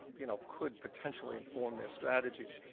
you know, could potentially inform their strategies.